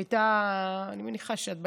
אני מניחה שאת בעניינים,